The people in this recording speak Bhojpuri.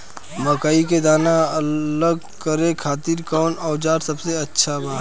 मकई के दाना अलग करे खातिर कौन औज़ार सबसे अच्छा बा?